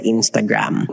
Instagram